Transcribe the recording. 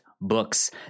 books